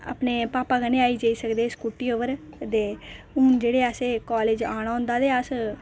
अपने पापा कन्नै आई जाई सकदे हे स्कूल स्कूटी उप्पर ते हून जेहड़े असें कालेज आना होंदा ते अस